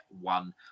one